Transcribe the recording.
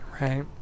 Right